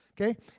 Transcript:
Okay